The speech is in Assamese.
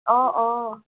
অঁ অঁ